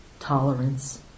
tolerance